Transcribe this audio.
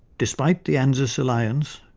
despite the anzus alliance,